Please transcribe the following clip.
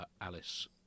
Alice